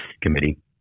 committee